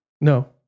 No